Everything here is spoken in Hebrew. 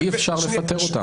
אי אפשר לפטר אותם.